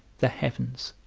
the heavens,